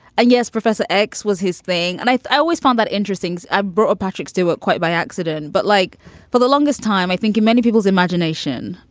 yes, professor x was his thing. and i i always found that interesting. i brought up patrick stewart quite by accident. but like for the longest time, i think in many people's imagination,